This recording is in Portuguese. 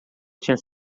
tinha